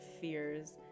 fears